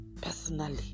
personally